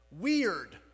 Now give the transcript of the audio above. Weird